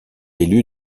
élu